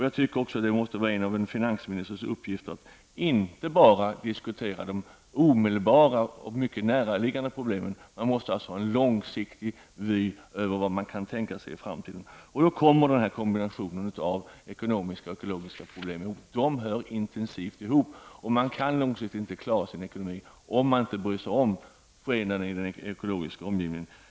Jag tycker att det måste vara en av en finansministers uppgifter att inte bara diskutera de omedelbara och mycket näraliggande problemen. Vi måste ha en långsiktig vy över vad vi kan tänka oss att åstadkomma i framtiden. De ekonomiska och ekologiska problemen hör intimt samman. Man kan inte långsiktigt klara sin ekonomi om man inte bryr sig om skeendet i den ekologiska omgivningen.